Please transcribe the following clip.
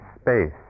space